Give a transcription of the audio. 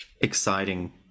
exciting